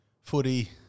footy